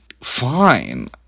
fine